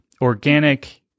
organic